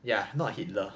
ya not hitler